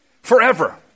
Forever